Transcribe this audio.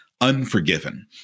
Unforgiven